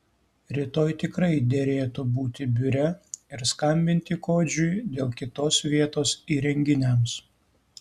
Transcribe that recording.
rytoj tikrai derėtų būti biure ir skambinti kodžiui dėl kitos vietos įrenginiams